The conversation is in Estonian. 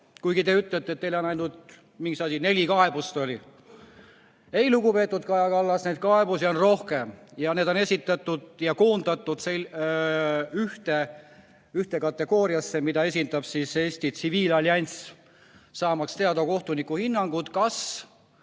kuigi te ütlete, et teil on ainult, mis seal oli, neli kaebust. Ei, lugupeetud Kaja Kallas, neid kaebusi on rohkem ja need on koondatud ühte kategooriasse, mida esindab Eesti Tsiviilallianss, saamaks teada kohtuniku hinnangut, kas